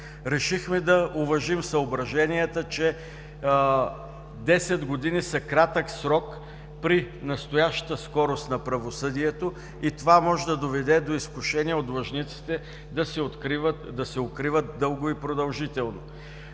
Решихме да уважим съображенията, че десет години са кратък срок при настоящата скорост на правосъдието и това може да доведе до изкушение от длъжниците да се укриват дълго и продължително.